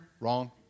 wrong